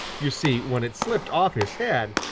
you see when it slipped off his head,